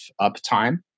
uptime